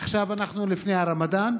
עכשיו אנחנו לפני הרמדאן.